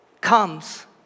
comes